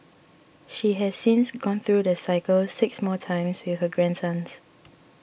she has since gone through the cycle six more times with her grandsons